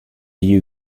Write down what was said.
you